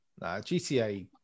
GTA